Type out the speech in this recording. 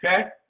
Okay